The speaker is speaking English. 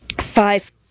five